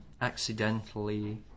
accidentally